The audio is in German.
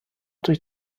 durch